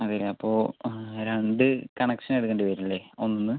അതെ അല്ലേ അപ്പോൾ ആ രണ്ട് കണക്ഷൻ എടുക്കണ്ടി വരും അല്ലേ ഒന്നിൽ നിന്ന്